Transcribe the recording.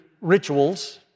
rituals